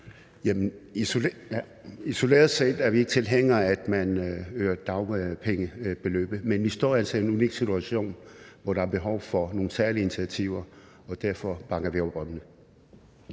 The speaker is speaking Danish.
Isoleret set er vi ikke tilhængere af, at man øger dagpengebeløbet. Men vi står altså i en unik situation, hvor der er behov for nogle særlige initiativer, og derfor bakker vi op om det.